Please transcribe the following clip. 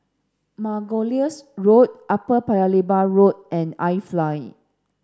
Margoliouth Road Upper Paya Lebar Road and iFly